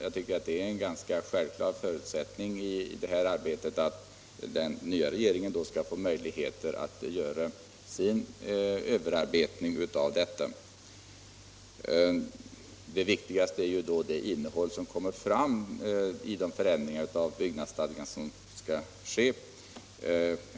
Jag tycker att det är ganska självklart att den nya regeringen skall få möjlighet att göra sin överarbetning. Det viktigaste är innehållet i de förändringar av byggnadsstadgan som skall ske.